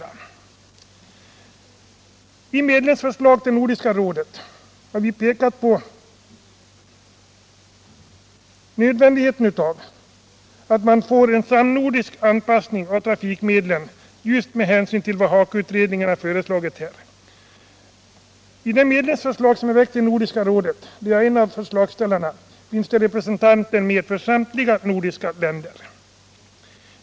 I ett medlemsförslag har vi i Nordiska rådet visat på nödvändigheten av en samnordisk anpassning av trafikmedlen till handikappades förutsättningar i enlighet med vad HAKO-utredningen föreslagit. Bakom förbättra kollektiv detta medlemsförslag —- jag är en av förslagsställarna — står representanter för samtliga nordiska länder.